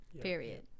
Period